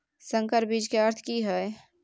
संकर बीज के अर्थ की हैय?